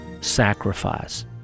sacrifice